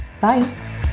bye